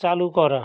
চালু করা